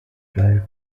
prior